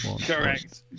Correct